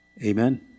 Amen